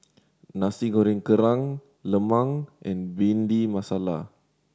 Nasi Goreng Kerang lemang and Bhindi Masala